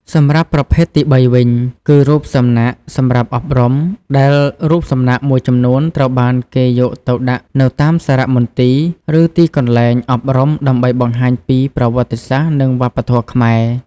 សម្រាប់ប្រភេទទីបីវិញ គឺរូបសំណាកសម្រាប់អប់រំ ដែលរូបសំណាកមួយចំនួនត្រូវបានគេយកទៅដាក់នៅតាមសារមន្ទីរ ឬទីកន្លែងអប់រំដើម្បីបង្ហាញពីប្រវត្តិសាស្ត្រ និងវប្បធម៌ខ្មែរ។